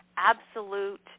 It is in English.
absolute